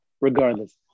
regardless